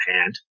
hand